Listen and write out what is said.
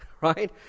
right